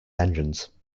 engines